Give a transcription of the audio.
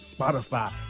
Spotify